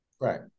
Right